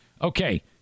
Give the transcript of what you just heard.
Okay